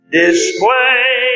display